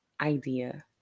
idea